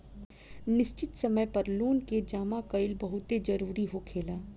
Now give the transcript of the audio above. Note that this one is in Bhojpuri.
निश्चित समय पर लोन के जामा कईल बहुते जरूरी होखेला